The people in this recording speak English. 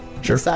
Sure